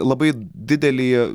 labai didelį